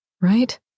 right